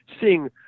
seeing